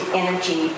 energy